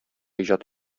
иҗат